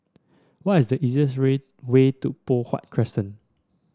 what is the easiest way way to Poh Huat Crescent